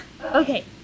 okay